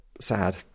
sad